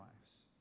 lives